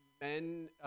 men